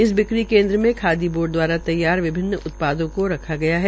इस बिक्री केन्द्र में खादी बोर्ड दवारा तैयार विभिन्न उत्पादों को रखा गया है